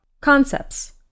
Concepts